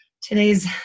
today's